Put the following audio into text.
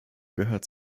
gehört